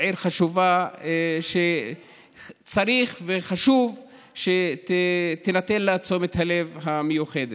עיר חשובה שצריך וחשוב שתינתן לה תשומת הלב המיוחדת.